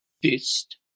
Fist